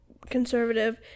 conservative